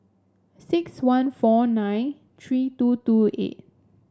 six one four nine three two two eight